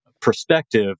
perspective